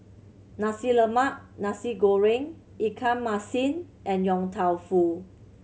Nasi Lemak Nasi Goreng ikan masin and Yong Tau Foo